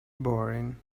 boring